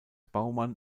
baumann